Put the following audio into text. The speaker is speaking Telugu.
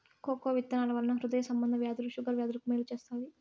కోకో విత్తనాల వలన హృదయ సంబంధ వ్యాధులు షుగర్ వ్యాధులకు మేలు చేత్తాది